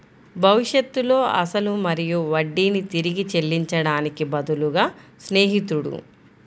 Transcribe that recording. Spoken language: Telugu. భవిష్యత్తులో అసలు మరియు వడ్డీని తిరిగి చెల్లించడానికి బదులుగా స్నేహితుడు